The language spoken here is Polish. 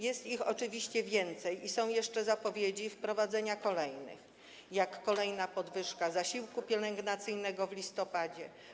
Jest ich oczywiście więcej i są jeszcze zapowiedzi wprowadzenia kolejnych, jak kolejna podwyżka zasiłku pielęgnacyjnego w listopadzie.